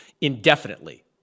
indefinitely